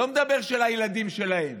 אני לא מדבר על דאגה לילדים שלהם,